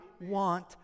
want